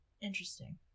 Interesting